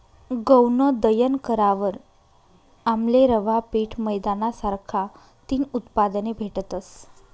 गऊनं दयन करावर आमले रवा, पीठ, मैदाना सारखा तीन उत्पादने भेटतस